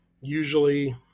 usually –